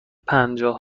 پنجاه